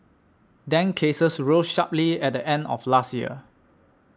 dengue cases rose sharply at the end of last year